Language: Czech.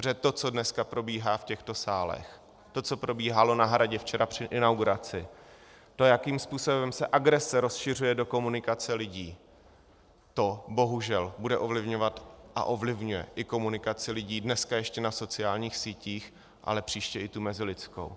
Protože to, co dneska probíhá v těchto sálech, to, co probíhalo na Hradě včera při inauguraci, to, jakým způsobem se agrese rozšiřuje do komunikace lidí, to bohužel bude ovlivňovat a ovlivňuje i komunikaci lidí dneska ještě na sociálních sítích, ale příště i tu mezilidskou.